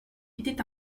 était